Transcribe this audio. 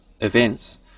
events